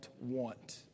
want